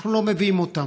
אנחנו לא מביאים אותם.